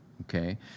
okay